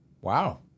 Wow